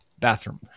Bathroom